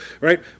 Right